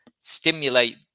stimulate